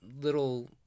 little